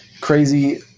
crazy